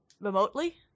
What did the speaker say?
remotely